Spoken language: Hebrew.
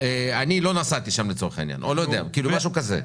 אני לא נסעתי שם, או אני לא יודע מה, משהו כזה.